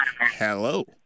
Hello